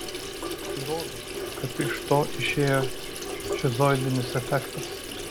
įrodo kad iš to išėjo šizoidinis efektas